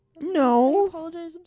No